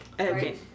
Okay